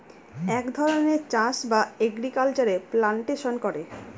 এক ধরনের চাষ বা এগ্রিকালচারে প্লান্টেশন করে